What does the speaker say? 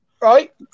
right